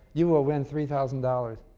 you will win three thousand dollars.